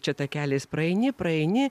čia takeliais praeini praeini